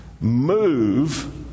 move